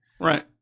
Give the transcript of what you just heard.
Right